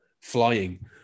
flying